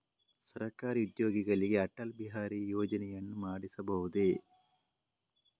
ಸರಕಾರಿ ಉದ್ಯೋಗಿಗಳಿಗೆ ಅಟಲ್ ಬಿಹಾರಿ ಯೋಜನೆಯನ್ನು ಮಾಡಿಸಬಹುದೇ?